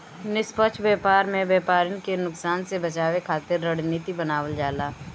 निष्पक्ष व्यापार में व्यापरिन के नुकसान से बचावे खातिर रणनीति बनावल जाला